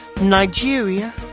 Nigeria